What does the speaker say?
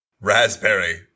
Raspberry